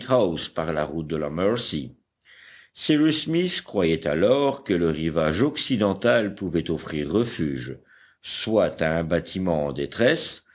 par la route de la mercy cyrus smith croyait alors que le rivage occidental pouvait offrir refuge soit à un bâtiment en détresse